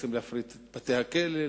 רוצים להפריט את בתי-הכלא,